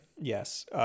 Yes